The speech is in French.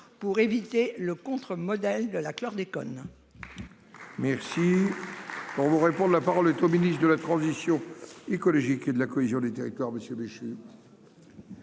pour éviter le contre-modèle du chlordécone